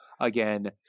again